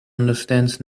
understands